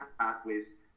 pathways